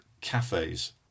cafes